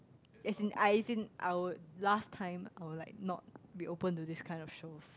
as in I as in I would last time I would like not be open to these kind of shows